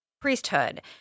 priesthood